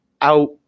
out